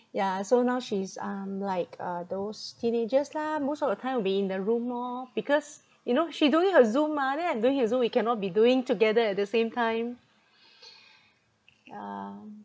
yeah so now she's um like uh those teenagers lah most of the time will be in the room lor because you know she doing her Zoom mah and then I doing the Zoom we cannot be doing together at the same time ya